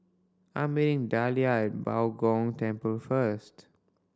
I'm meeting Dahlia at Bao Gong Temple first